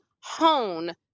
hone